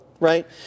right